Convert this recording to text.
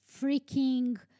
freaking